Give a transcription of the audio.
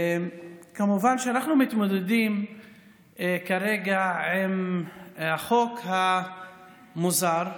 כמובן שאנחנו מתמודדים כרגע עם החוק המוזר,